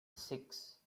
six